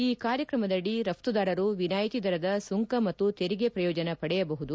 ಈ ಕಾರ್ಯಕ್ರಮದ ಅಡಿ ರಘ್ತುದಾರರು ವಿನಾಯಿತಿ ದರದ ಸುಂಕ ಮತ್ತು ತೆರಿಗೆ ಪ್ರಯೋಜನ ಪಡೆಯಬಹುದು